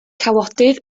cawodydd